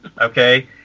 okay